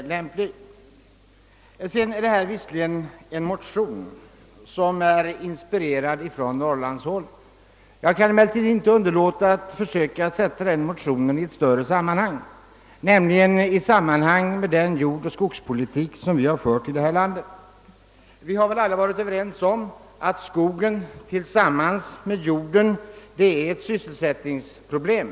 Visserligen gäller det här en motion som är inspirerad från Norrlandshåll, men jag kan inte underlåta att försöka sätta den motionen in i ett större sammanhang, nämligen i samband med den jordoch skogspolitik som vi har fört i detta land. Vi har väl alla varit överens om att skog tillsammans med jord löser ett sysseisättningsproblem.